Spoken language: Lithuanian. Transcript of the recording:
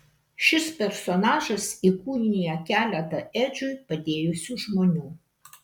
šis personažas įkūnija keletą edžiui padėjusių žmonių